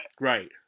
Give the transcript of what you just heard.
Right